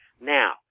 Now